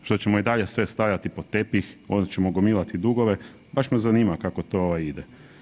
Što ćemo i dalje sve stavljati pod tepih, onda ćemo gomilati dugove, baš me zanima kako to ide.